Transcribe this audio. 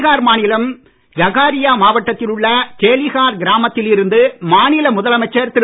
பீகார் மாநிலம் ககாரியா மாவட்டத்தில் உள்ள தேலிஹார் கிராமத்தில் இருந்து மாநில முதலமைச்சர் திரு